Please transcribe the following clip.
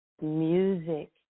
music